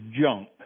junk